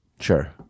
Sure